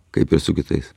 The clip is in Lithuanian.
kaip ir su kitais